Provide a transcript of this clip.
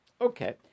Okay